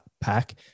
pack